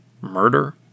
Murder